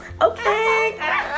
okay